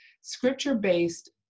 scripture-based